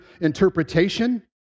interpretation